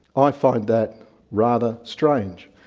i find that rather strange,